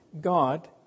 God